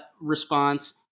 response